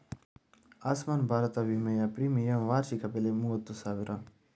ಆಸ್ಮಾನ್ ಭಾರತ ವಿಮೆಯ ಪ್ರೀಮಿಯಂ ವಾರ್ಷಿಕ ಬೆಲೆ ಮೂವತ್ತು ರೂಪಾಯಿ